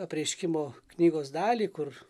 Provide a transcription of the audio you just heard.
apreiškimo knygos dalį kur